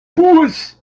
boss